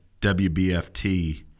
WBFT